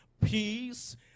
peace